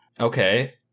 Okay